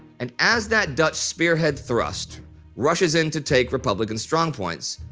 and as that dutch spearhead thrust rushes in to take republican strongpoints,